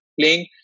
playing